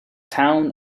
town